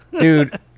Dude